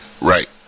Right